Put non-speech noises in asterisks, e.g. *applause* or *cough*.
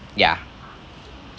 yeah *breath*